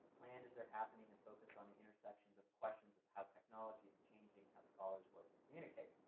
planned as they're happening and focused on the intersections of questions of how technology is changing how scholars work and communicate.